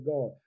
God